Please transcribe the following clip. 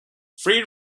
free